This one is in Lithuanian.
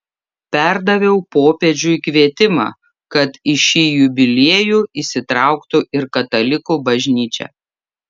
perdaviau popiežiui kvietimą kad į šį jubiliejų įsitrauktų ir katalikų bažnyčia